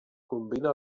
combina